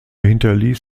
hinterließ